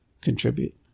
contribute